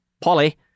Polly